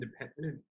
independent